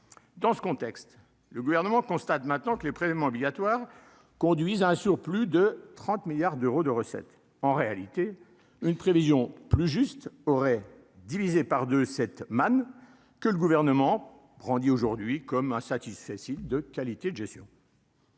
dans ce contexte, le gouvernement constate maintenant que les prélèvements obligatoires conduisent à un surplus de 30 milliards d'euros de recettes en réalité une prévision plus juste aurait divisé par 2 cette manne que le gouvernement brandit aujourd'hui comme un satisfecit de qualité de gestion.